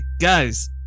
guys